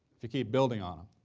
if you keep building on em.